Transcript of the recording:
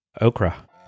Okra